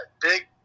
big